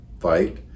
fight